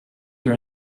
are